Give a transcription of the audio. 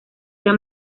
sea